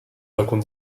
racontent